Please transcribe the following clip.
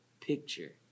picture